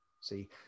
See